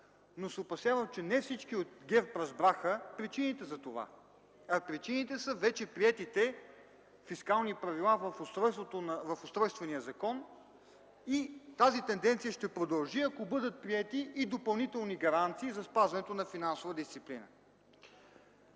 но се опасявам, че не всички от ГЕРБ разбраха причините за това, а причините са вече приетите фискални правила в Устройствения закон и тази тенденция ще продължи, ако бъдат приети и допълнителни гаранции за спазването на финансова дисциплина.